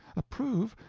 approve?